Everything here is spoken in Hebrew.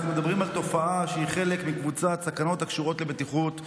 אנחנו מדברים על תופעה שהיא חלק מקבוצת סכנות הקשורות לבטיחות ילדים,